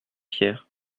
pierre